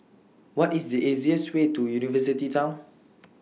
What IS The easiest Way to University Town